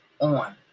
on